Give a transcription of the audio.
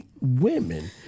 women